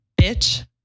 Bitch